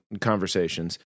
conversations